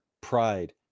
pride